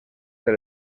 del